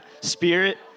Spirit